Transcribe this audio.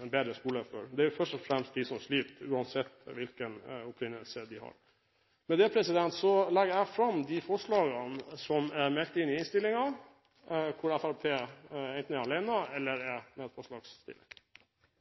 en bedre skole for. Det er først og fremst for dem som sliter, uansett hvilken opprinnelse de har. Med det tar jeg opp de forslagene i innstillingen som Fremskrittspartiet enten er alene om eller er medforslagsstiller til. Representanten Tord Lien har tatt opp de forslagene han refererte til. La meg starte med